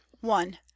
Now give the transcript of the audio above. one